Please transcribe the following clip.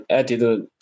attitude